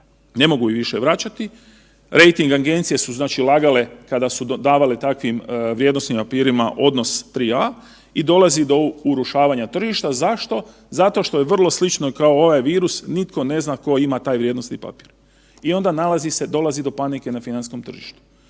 ne mogu ih više vraćati, rejting agencije su lagale kada su davale takvim vrijednosnim papirima odnos 3A i dolazi do urušavanja tržišta. Zašto? Zato što je vrlo slično kao ovaj virus, nitko ne zna ko ima taj vrijednosni papir i onda dolazi do panike na financijskom tržištu.